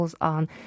on